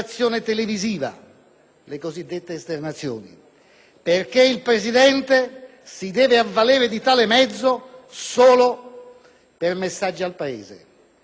(le cosiddette esternazioni), perché il Presidente si doveva avvalere di tale mezzo solo per messaggi al Paese. Queste sono